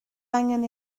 angen